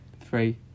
Three